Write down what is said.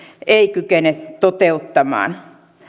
ei kykene toteuttamaan